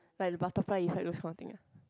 like the butterfly inside the those kind of thing uh